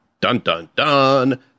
dun-dun-dun